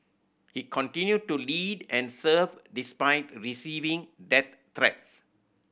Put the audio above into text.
he continued to lead and serve despite receiving death threats